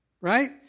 right